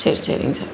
சரி சரி சரிங்க சார்